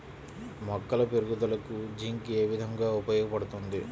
మొక్కల పెరుగుదలకు జింక్ ఏ విధముగా ఉపయోగపడుతుంది?